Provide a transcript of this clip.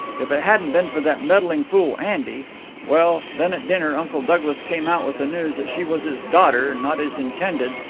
if it hadn't been for that meddling fool andy well, then, at dinner, uncle douglas came out with the news that she was his daughter, not his intended,